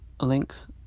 links